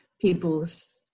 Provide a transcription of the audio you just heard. people's